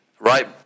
right